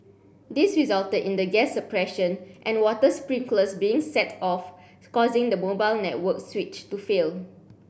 this resulted in the gas suppression and water sprinklers being set off causing the mobile network switch to fail